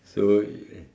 so